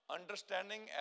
Understanding